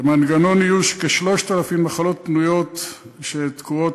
למנגנון איוש כ-3,000 נחלות פנויות שתקועות